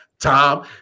Tom